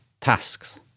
tasks